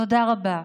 תודה רבה.